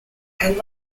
and